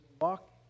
Walk